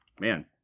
Man